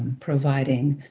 providing